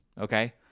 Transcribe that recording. okay